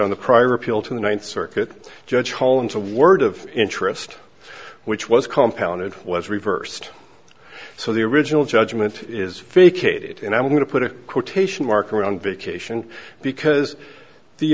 on the prior appeal to the ninth circuit judge fall into word of interest which was compound it was reversed so the original judgment is fake eight and i'm going to put a quotation mark around vacation because the